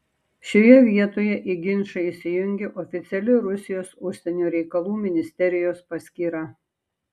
šioje vietoje į ginčą įsijungė oficiali rusijos užsienio reikalų ministerijos paskyra